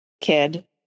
kid